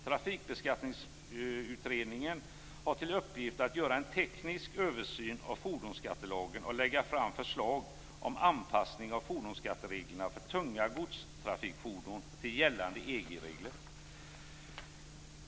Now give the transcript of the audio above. Trafikbeskattningsutredningen har till uppgift att göra en teknisk översyn av fordonsskattelagen och lägga fram förslag om anpassning av fordonsskattereglerna för tunga godstrafikfordon till gällande EG-regler.